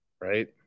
right